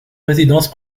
résidence